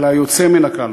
אלא היוצא מן הכלל,